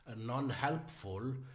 non-helpful